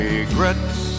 Regrets